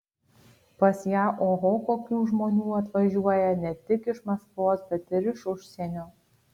pas ją oho kokių žmonių atvažiuoja ne tik iš maskvos bet ir iš užsienio